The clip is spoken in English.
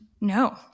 No